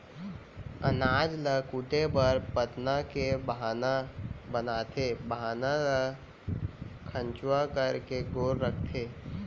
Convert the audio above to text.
अनाज ल कूटे बर पथना के बाहना बनाथे, बाहना ल खंचवा करके गोल रखथें